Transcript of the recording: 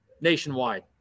nationwide